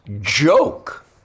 joke